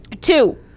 two